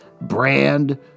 Brand